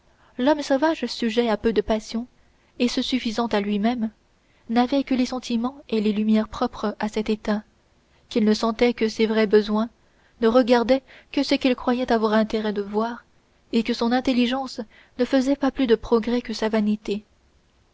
l'homme sauvage sujet à peu de passions et se suffisant à lui-même n'avait que les sentiments et les lumières propres à cet état qu'il ne sentait que ses vrais besoins ne regardait que ce qu'il croyait avoir intérêt de voir et que son intelligence ne faisait pas plus de progrès que sa vanité